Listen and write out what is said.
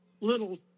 little